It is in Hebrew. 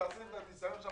תעשה את הניסיון שם,